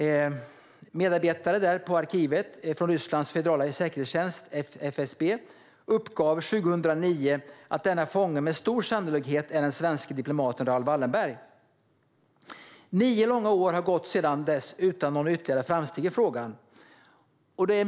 Medarbetare på arkivet från Rysslands federala säkerhetstjänst, FSB, uppgav 2009 att denne fånge med stor sannolikhet var den svenske diplomaten Raoul Wallenberg. Nio långa år har gått sedan dess, utan några ytterligare framsteg i frågan.